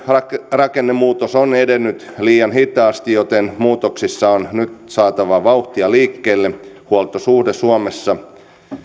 rakennemuutos on edennyt liian hitaasti joten muutoksissa on nyt saatava vauhtia liikkeelle huoltosuhde suomessa